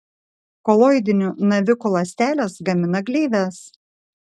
koloidinių navikų ląstelės gamina gleives